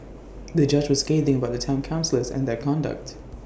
the judge was scathing about the Town councillors and their conduct